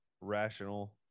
rational